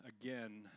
again